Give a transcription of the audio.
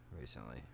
recently